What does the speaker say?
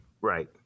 Right